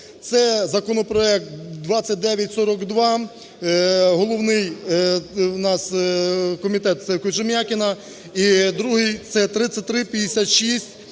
Це законопроект 2942, головний у нас комітет - це Кожемякіна, і другий – це 3356